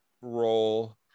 role